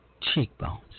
cheekbones